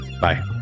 Bye